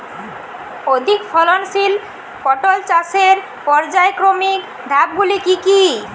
অধিক ফলনশীল পটল চাষের পর্যায়ক্রমিক ধাপগুলি কি কি?